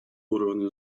уровня